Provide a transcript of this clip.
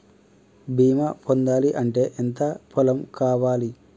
బీమా పొందాలి అంటే ఎంత పొలం కావాలి?